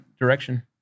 direction